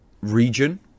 region